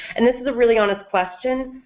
and this is a really honest question,